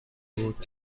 بود